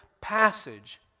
passage